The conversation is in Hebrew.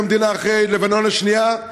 המדינה שהוקמה אחרי מלחמת לבנון השנייה,